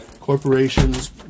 Corporations